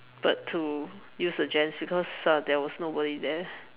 but to use the gents because uh there was nobody there